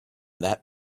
that